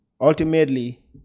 ultimately